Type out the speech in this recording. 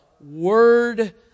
Word